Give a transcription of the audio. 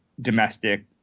domestic